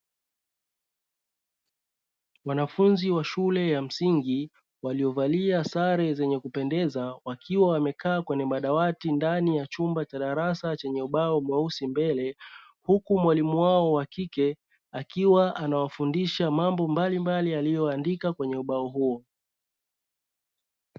Wanafunzi wa shule ya msingi waliovalia sare zenye kupendeza wakiwa wamekaa kwenye madawati ndani ya chumba cha darasa chenye ubao mweusi mbele, huku mwalimu wao wa kike akiwa anawafundisha mambo mbalimbali aliyoandika kwenye ubao huo.